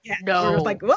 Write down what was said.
No